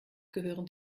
gehören